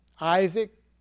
Isaac